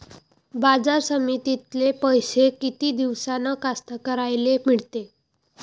बाजार समितीतले पैशे किती दिवसानं कास्तकाराइले मिळते?